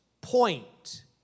point